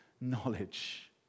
knowledge